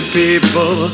people